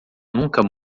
nunca